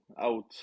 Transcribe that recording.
out